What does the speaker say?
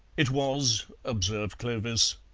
it was, observed clovis,